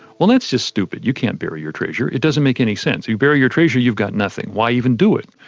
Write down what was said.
well that's just stupid, you can't bury your treasure it doesn't make any sense. you bury your treasure you've got nothing. why even do it?